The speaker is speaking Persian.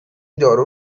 دارو